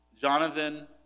Jonathan